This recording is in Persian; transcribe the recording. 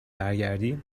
برگردی